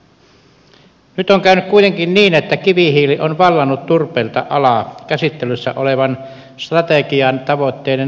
nyt on käynyt kuitenkin niin että kivihiili on vallannut turpeelta alaa käsittelyssä olevan strategian tavoitteiden vastaisesti